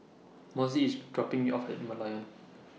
Mossie IS dropping Me off At Merlion